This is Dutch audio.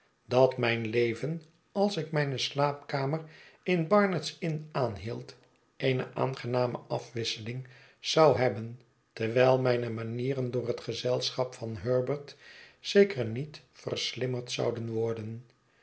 dat mijn leven als ik mijne slaapkamer in barnard's inn aanhield eene aangename afwisseling zou hebben terwijl mijne manieren door het gezelschap van herbert zeker niet verslimmerd zouden worden